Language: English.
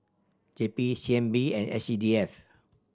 J P C N B and S C D F